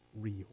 real